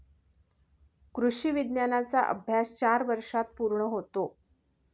कृषी विज्ञानाचा अभ्यास चार वर्षांत पूर्ण होतो